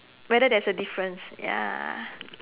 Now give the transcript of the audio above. whether there's a difference ya